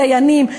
יש דיינים.